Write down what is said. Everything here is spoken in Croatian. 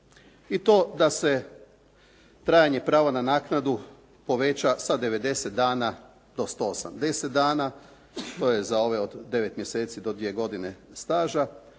i to da se trajanje prava na naknadu poveća sa 90 dana do 180 dana. To je za ove od 9 mjeseci do 2 godine staža.